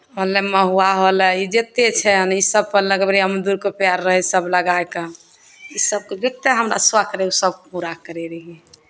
होलै महुआ होलै ई जतेक छै सभपर लगबै रहियै अमदुरके पेड़ रहय सब लगाए कऽ ईसभके बहुते हमरा शौख रहय पूरा करै रहियै